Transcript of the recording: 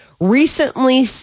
recently